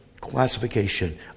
classification